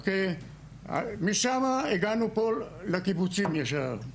משם הגענו פה לקיבוצים ישר.